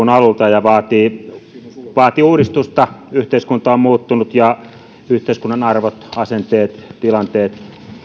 ja vaatii vaatii uudistusta yhteiskunta on muuttunut ja yhteiskunnan arvot asenteet tilanteet